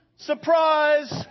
Surprise